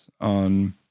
on